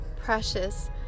precious